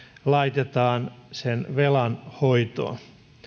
laitetaan sen velan hoitoon